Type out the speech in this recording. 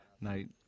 night